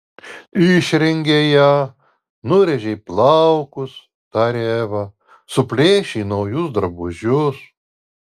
išrengei ją nurėžei plaukus tarė eva suplėšei naujus drabužius